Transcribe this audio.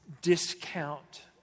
discount